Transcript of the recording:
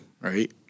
right